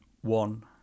One